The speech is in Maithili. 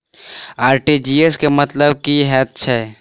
आर.टी.जी.एस केँ मतलब की हएत छै?